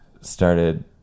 started